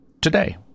Today